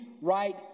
right